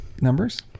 numbers